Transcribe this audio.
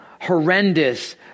horrendous